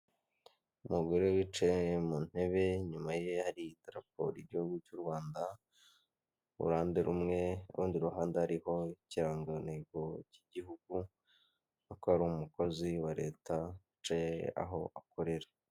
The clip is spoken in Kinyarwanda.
Umugore wicaye muntebe inyuma ye hari idarapo ry'igihugu cy'urwanda kuruhande rumwe kurundi ruhande hariho ikirangantego kikiguhugu akaba ari umukozi wa leta wicaye aho akorera.